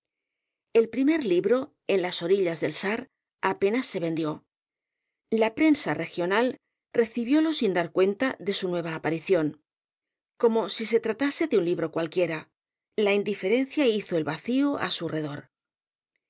el primer libro en las orillas del sar apenas se vendió la prensa regional recibiólo sin dar cuenta de su nueva aparición como si se tratase de un libro cualquiera la indiferencia hizo el vacío á su